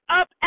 up